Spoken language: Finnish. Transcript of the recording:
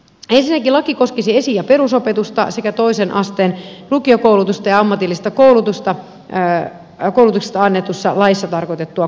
ensinnäkin laki koskisi esi ja perusopetusta sekä toisen asteen lukiokoulutusta ja ammatillisesta koulutuksesta annetussa laissa tarkoitettua koulutusta